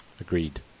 Agreed